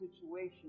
situation